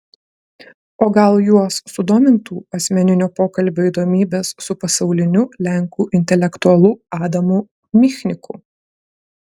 o gal juos sudomintų asmeninio pokalbio įdomybės su pasauliniu lenkų intelektualu adamu michniku